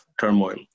turmoil